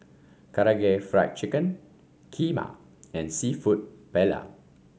Karaage Fried Chicken Kheema and seafood Paella